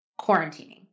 quarantining